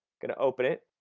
going to open it.